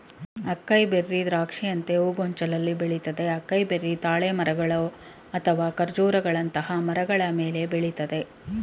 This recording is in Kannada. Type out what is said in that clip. ಅಕೈ ಬೆರ್ರಿ ದ್ರಾಕ್ಷಿಯಂತೆ ಹೂಗೊಂಚಲಲ್ಲಿ ಬೆಳಿತದೆ ಅಕೈಬೆರಿ ತಾಳೆ ಮರಗಳು ಅಥವಾ ಖರ್ಜೂರಗಳಂತಹ ಮರಗಳ ಮೇಲೆ ಬೆಳಿತದೆ